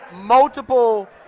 multiple